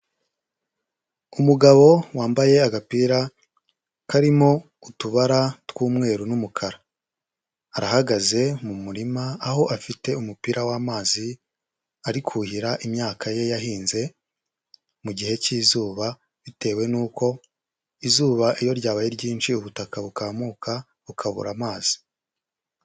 Umugabo wambaye agapira karimo utubara tw'umweru n'umukara. Arahagaze mu murima, aho afite umupira w'amazi ari kuhira imyaka ye yahinze, mu gihe cy'izuba, bitewe n'uko izuba iyo ryabaye ryinshi, ubutaka bukamuka bukabura amazi.